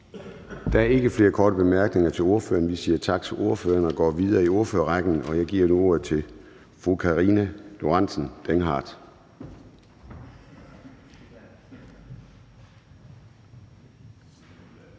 Der er ikke flere korte bemærkninger til ordføreren. Vi siger tak til ordføreren og går videre i ordførerrækken, og jeg giver nu ordet til hr. Peter Skaarup.